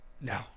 No